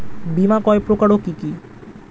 বীমা কয় প্রকার কি কি?